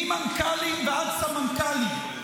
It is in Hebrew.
ממנכ"לים ועד סמנכ"לים,